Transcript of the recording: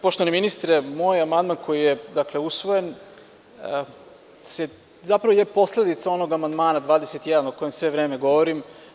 Poštovani ministre, moj amandman koji je usvojen je posledica onog amandmana 21, a o kojem sve vreme govorim.